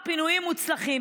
כמה פינויים מוצלחים.